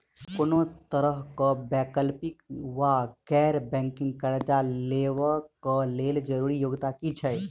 कोनो तरह कऽ वैकल्पिक वा गैर बैंकिंग कर्जा लेबऽ कऽ लेल जरूरी योग्यता की छई?